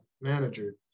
manager